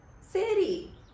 city